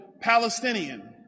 Palestinian